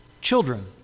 Children